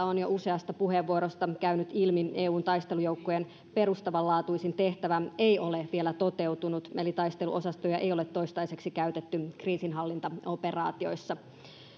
on jo useasta puheenvuorosta käynyt ilmi eun taistelujoukkojen perustavanlaatuisin tehtävä ei ole vielä toteutunut eli taisteluosastoja ei ole toistaiseksi käytetty kriisinhallintaoperaatioissa